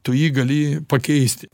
tu jį gali pakeisti